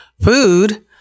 food